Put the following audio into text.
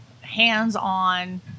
hands-on